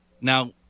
Now